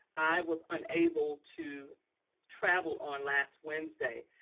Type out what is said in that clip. i was unable to travel on last wednesday.